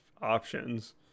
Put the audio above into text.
options